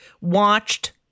watched